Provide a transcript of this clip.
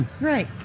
Right